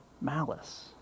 malice